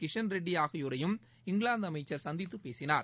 கிஷன் ரெட்டி ஆகியோரையும் இங்கிலாந்து அமைச்சர் சந்தித்துப் பேசினார்